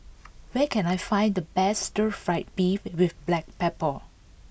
where can I find the best Stir Fry Beef with Black Pepper